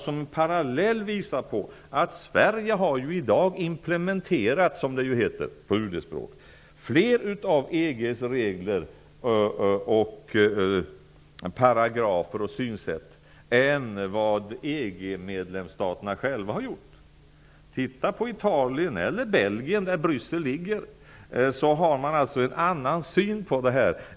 Som parallell kan man ta att Sverige i dag har implementerat -- som det ju heter på UD-språk -- fler av EU:s regler, paragrafer och synsätt än vad EU-medlemsstaterna själva har gjort. Titta på Italien eller på Belgien, där Bryssel ligger! Man har alltså en annan syn än vad vi har.